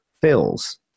fills